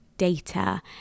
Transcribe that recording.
Data